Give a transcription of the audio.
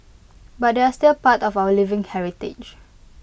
but they're still part of our living heritage